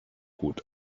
gut